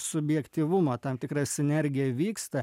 subjektyvumo tam tikra sinergija vyksta